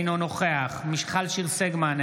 אינו נוכח מיכל שיר סגמן,